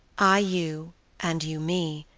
i you and you me,